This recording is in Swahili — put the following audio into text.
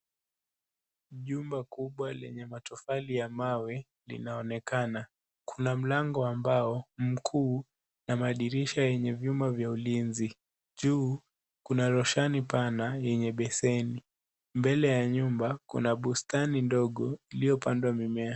Jumba kubwa lenye matofali ya mawe linaonekana, kuna mlango wa mbao, mkuu na madirisha yenye vyuma vya ulinzi. Juu kuna roshani pana yenye beseni. Mbele ya nyumba kuna bustani ndogo iliyopandwa mimea.